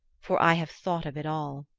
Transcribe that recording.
for i have thought of it all.